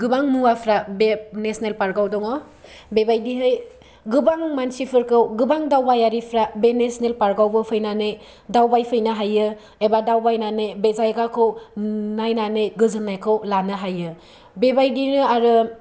गोबां मुवाफ्रा बे नेशनेल पार्कआव दङ' बेबायदियै गोबां मानसिफोरखौ गोबां दावगायारिफ्रा बे नेशनेल पार्कावबो फैनानै दावगायसोनो हायो एबा दावबायनानै बे जायगाखौ नायनानै गोजोननायखौ लानो हायो बेबायदिनो आरो